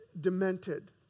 demented